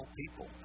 people